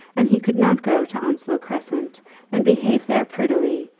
and he could not go to onslow crescent and behave there prettily,